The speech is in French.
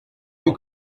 plus